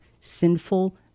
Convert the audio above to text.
sinful